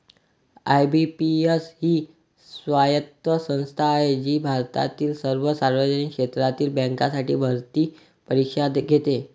IBPS ही स्वायत्त संस्था आहे जी भारतातील सर्व सार्वजनिक क्षेत्रातील बँकांसाठी भरती परीक्षा घेते